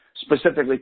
specifically